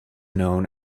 known